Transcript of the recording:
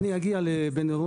לא; אני אגיע לבין-עירוני.